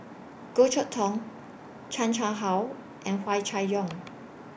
Goh Chok Tong Chan Chang How and Hua Chai Yong